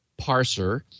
parser